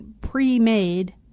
pre-made